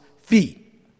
feet